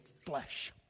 flesh